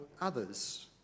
others